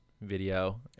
video